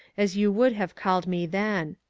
as you would have called me then.